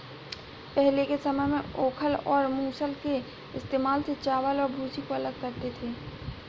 पहले के समय में ओखल और मूसल के इस्तेमाल से चावल और भूसी को अलग करते थे